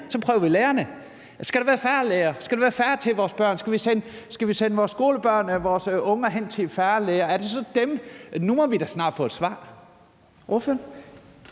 Så prøver vi det. Skal der være færre lærere? Skal der være færre til vores bør? Skal vi sende vores skolebørn, vores unger, hen til færre lærere? Er det så dem? Nu må vi da snart få et svar. Kl.